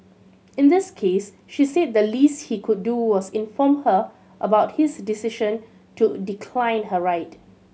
in this case she said the least he could do was inform her about his decision to decline her ride